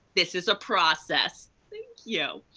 this is a process. thank you.